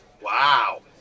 Wow